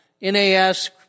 NAS